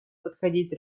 подходить